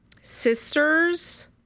sister's